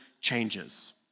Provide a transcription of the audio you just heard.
changes